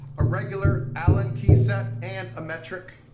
a regular allen key set and a metric.